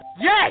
Yes